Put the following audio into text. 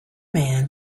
man